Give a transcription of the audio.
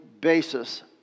basis